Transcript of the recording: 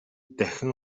дахин